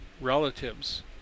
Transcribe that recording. relatives